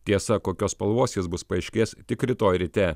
tiesa kokios spalvos jis bus paaiškės tik rytoj ryte